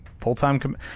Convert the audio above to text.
full-time